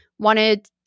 wanted